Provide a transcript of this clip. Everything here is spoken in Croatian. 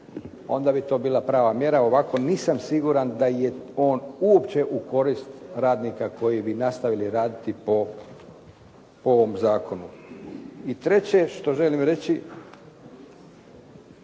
Onda bi to bila prava mjera, ovako nisam siguran da je on uopće u korist radnika koji bi nastavili raditi po ovom zakonu. I treće što želim reći